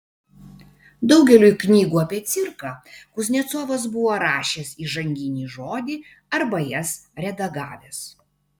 daugeliui knygų apie cirką kuznecovas buvo rašęs įžanginį žodį arba jas redagavęs